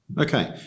Okay